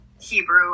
Hebrew